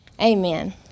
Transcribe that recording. Amen